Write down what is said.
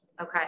Okay